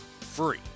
free